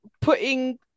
putting